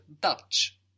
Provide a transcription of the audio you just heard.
Dutch